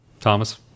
Thomas